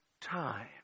time